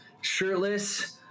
Shirtless